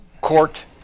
court